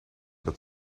dat